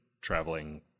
traveling